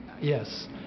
Yes